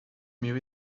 mil